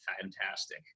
fantastic